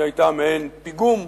היא היתה מעין פיגום,